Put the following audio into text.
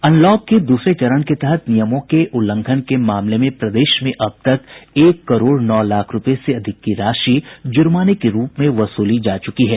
unlock के दूसरे चरण के तहत नियमों के उल्लंघन के मामले में प्रदेश में अब तक एक करोड़ नौ लाख रूपये से अधिक की राशि जुर्माने के रूप में वसूली जा चुकी है